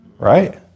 Right